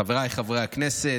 חבריי חברי הכנסת,